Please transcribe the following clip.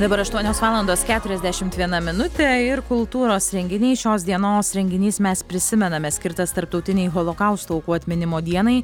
dabar aštuonios valandos keturiasdešimt viena minutė ir kultūros renginiai šios dienos renginys mes prisimename skirtas tarptautinei holokausto aukų atminimo dienai